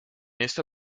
esta